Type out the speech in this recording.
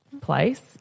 place